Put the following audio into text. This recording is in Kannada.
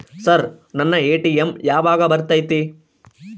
ಸರ್ ನನ್ನ ಎ.ಟಿ.ಎಂ ಯಾವಾಗ ಬರತೈತಿ?